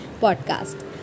podcast